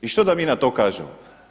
I što da mi na to kažemo?